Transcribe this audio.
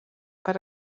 per